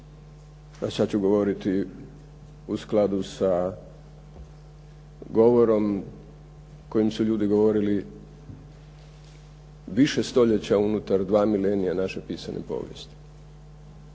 a sada ću govoriti u skladu sa gotovom koji su ljudi govorili više stoljeća unutar dva milenija naše pisane povijesti.